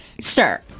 sir